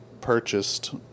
purchased